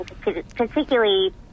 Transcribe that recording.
particularly